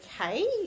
okay